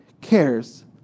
cares